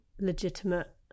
legitimate